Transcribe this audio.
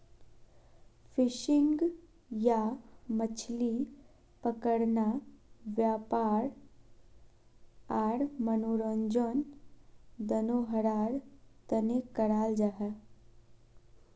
fishing या मछली पकड़ना वयापार आर मनोरंजन दनोहरार तने कराल जाहा